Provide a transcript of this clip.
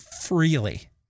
freely